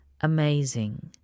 amazing